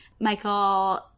Michael